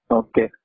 okay